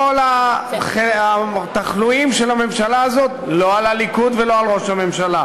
כל התחלואים של הממשלה הזאת לא על הליכוד ולא על ראש הממשלה.